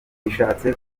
bishatse